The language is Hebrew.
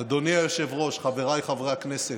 אדוני היושב-ראש, חבריי חברי הכנסת,